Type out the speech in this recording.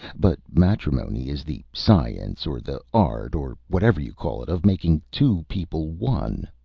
but matrimony is the science, or the art, or whatever you call it, of making two people one,